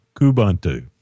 Kubuntu